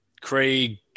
Craig